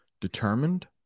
Determined